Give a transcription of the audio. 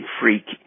freak